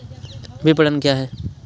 विपणन क्या है?